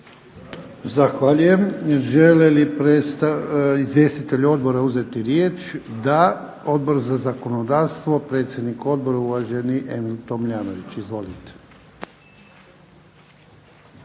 Zahvaljujem. Žele li izvjestitelji odbora uzeti riječ? Da. Odbor za zakonodavstvo, predsjednik odbora uvaženi Emil Tomljanović. Izvolite.